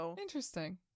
Interesting